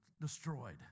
destroyed